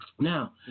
Now